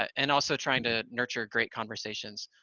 and also trying to nurture great conversations.